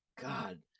god